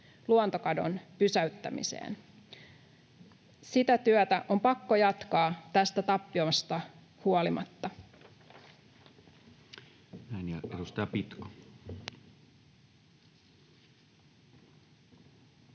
luontokadon pysäyttämiseen. Sitä työtä on pakko jatkaa tästä tappiosta huolimatta.